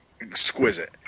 exquisite